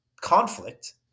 conflict